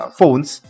phones